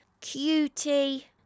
cutie